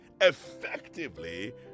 effectively